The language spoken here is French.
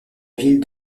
ville